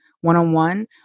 one-on-one